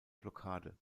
blockade